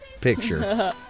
picture